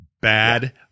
bad